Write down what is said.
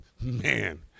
Man